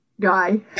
guy